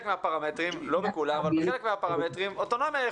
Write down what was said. מהפרמטרים לא בכולם אבל בחלקם אוטונומיה,